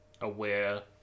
aware